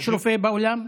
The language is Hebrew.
יש רופא באולם?